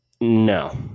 No